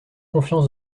confiance